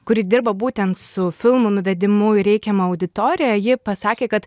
kuri dirba būtent su filmų nuvedimu į reikiamą auditoriją ji pasakė kad